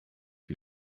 wie